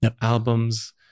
albums